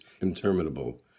interminable